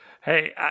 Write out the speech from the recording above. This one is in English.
Hey